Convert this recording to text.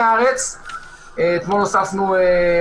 באחד הקריטריונים והם לא צריכים להתייחס באופן